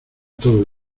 todo